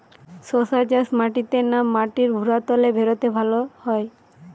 শশা চাষ মাটিতে না মাটির ভুরাতুলে ভেরাতে ভালো হয়?